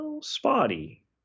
spotty